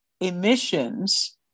emissions